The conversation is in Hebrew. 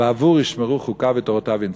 "בעבור ישמרו חקיו ותורתיו ינצרו."